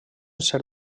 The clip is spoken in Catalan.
ser